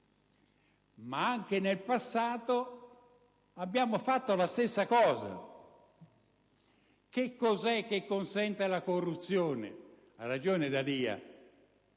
ma anche nel passato abbiamo fatto la stessa cosa. Cos'è che consente la corruzione? Ha ragione il